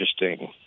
interesting